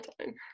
time